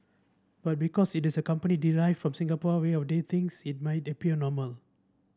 but because it is a company derived from Singapore way of the things it might appear normal